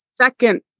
second